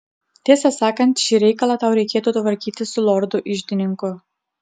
tiesą sakant šį reikalą tau reikėtų tvarkyti su lordu iždininku